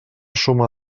suma